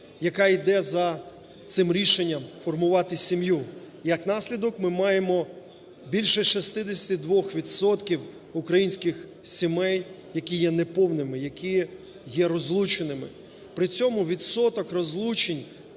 яка йде за цим рішенням формувати сім'ю. Як наслідок, ми маємо більше 62 відсотків українських сімей, які є неповними, які є розлученими. При цьому відсоток розлучень,